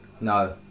No